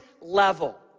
level